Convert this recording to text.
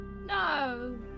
No